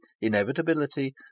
inevitability